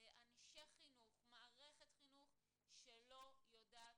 אנשי חינוך ומערכת חינוך שלא יודעים